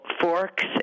forks